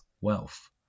wealth